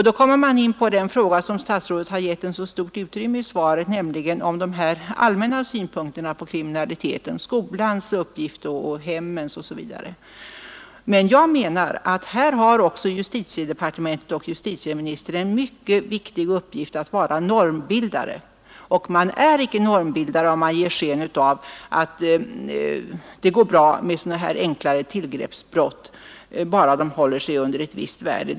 Då kommer man in på vad statsrådet har gett så stort utrymme i svaret, nämligen de allmänna synpunkterna på kriminaliteten, skolans och hemmens uppgift osv. Men jag menar att också justitiedepartementet och justitieministern här har en mycket viktig uppgift: att vara normbildare. Och man är inte normbildare om man ger sken av att det går bra med sådana här enklare tillgreppsbrott, bara de håller sig under ett visst värde.